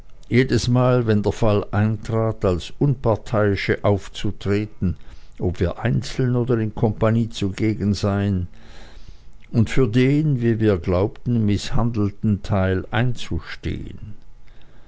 jedesmal wenn der fall eintrat als unparteiische aufzutreten ob wir einzeln oder in kompanie zugegen seien und für den wie wir glaubten mißhandelten teil einzustehen